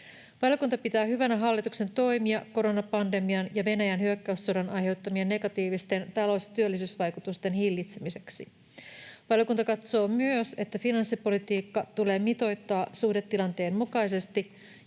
Valiokunta pitää hyvänä hallituksen toimia koronapandemian ja Venäjän hyökkäyssodan aiheuttamien negatiivisten talous- ja työllisyysvaikutusten hillitsemiseksi. Valiokunta katsoo myös, että finanssipolitiikka tulee mitoittaa suhdannetilanteen mukaisesti